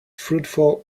fruitful